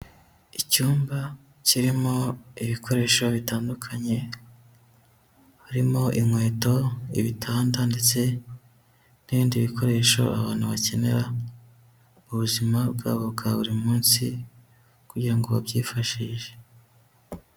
Icyumba kirimo ibikoresho bitandukanye. Harimo inkweto, ibitanda ndetse n'ibindi bikoresho abantu bakenera mu buzima bwabo bwa buri munsi, kugira ngo babyifashishe.